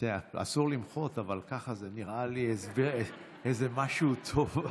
אסור למחוא, אבל ככה זה נראה לי איזה משהו טוב,